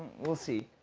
we'll see.